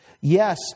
Yes